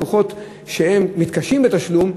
לקוחות שמתקשים בתשלום,